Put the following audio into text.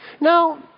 Now